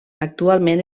actualment